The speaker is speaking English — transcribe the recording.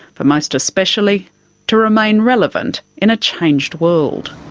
but most especially to remain relevant in a changed world.